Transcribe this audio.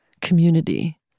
community